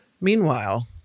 Meanwhile